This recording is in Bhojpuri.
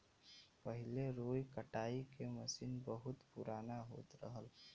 पहिले रुई कटाई के मसीन बहुत पुराना होत रहल